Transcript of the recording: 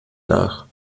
nach